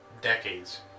decades